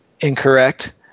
incorrect